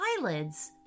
eyelids